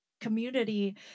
community